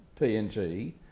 PNG